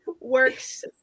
works